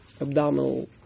abdominal